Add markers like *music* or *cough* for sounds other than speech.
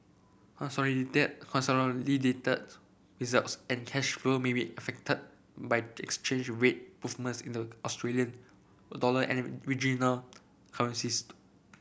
consolidate consolidated results and cash flow may be affected by the exchange rate movements in the Australian dollar and regional *unintelligible*